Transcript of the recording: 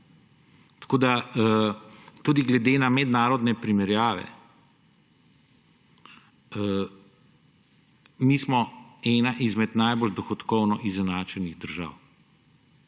Tudi glede na mednarodne primerjave smo mi ena izmed najbolj dohodkovno izenačenih držav